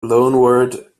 loanword